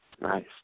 Nice